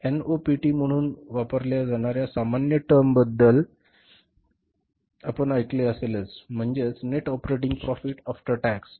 NOPAT म्हणून वापरल्या जाणार्या सामान्य टर्मबद्दल आपण ऐकले असेलच म्हणजेच net operating profit after tax